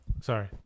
Sorry